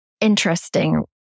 interesting